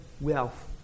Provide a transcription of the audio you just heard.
wealth